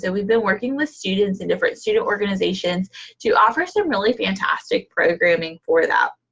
and we've been working with students in different student organizations to offer some really fantastic programming for that.